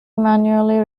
manually